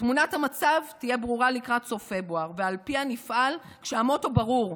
תמונת המצב תהיה ברורה לקראת סוף פברואר ועל פיה נפעל כשהמוטו ברור: